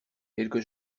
quelque